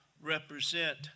represent